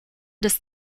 des